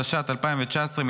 התשע"ט 2019,